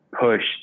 pushed